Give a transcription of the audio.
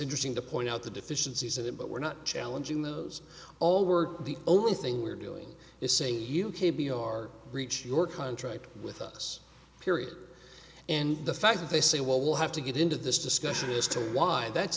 interesting to point out the deficiencies in it but we're not challenging those all we're the only thing we're doing is saying you k b r reach your contract with us period and the fact they say well we'll have to get into this discussion as to why that's